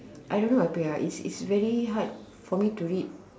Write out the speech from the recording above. I don't know what it's it's very hard for me to read